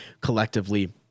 collectively